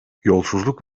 yolsuzluk